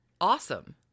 Awesome